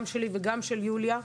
גם שלי וגם של יוליה,